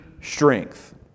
strength